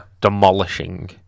Demolishing